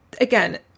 again